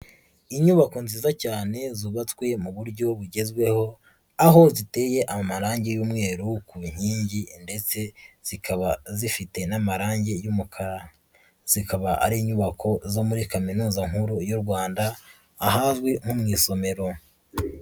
Inyubako nziza cyane zubatswe mu buryo bugezweho, aho ziteye amarangi y'umweru ku nkingi ndetse zikaba zifite n'amarangi y'umukara, zikaba ari inyubako zo muri Kaminuza nkuru y'u Rwanda, ahazwi nko mu isomero.